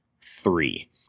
three